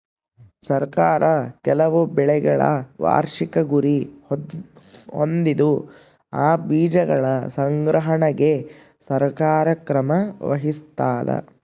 ಸರ್ಕಾರ ಕೆಲವು ಬೆಳೆಗಳ ವಾರ್ಷಿಕ ಗುರಿ ಹೊಂದಿದ್ದು ಆ ಬೀಜಗಳ ಸಂಗ್ರಹಣೆಗೆ ಸರ್ಕಾರ ಕ್ರಮ ವಹಿಸ್ತಾದ